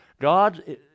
God